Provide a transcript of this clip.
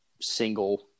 single